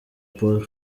paul